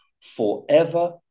forever